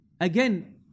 again